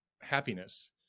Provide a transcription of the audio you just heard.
happiness